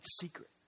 secret